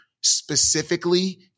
specifically